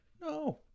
No